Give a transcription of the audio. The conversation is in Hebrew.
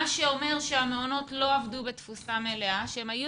מה שאומר שהמעונות לא עבדו בתפוסה מלאה ושהם היו